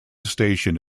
station